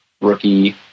rookie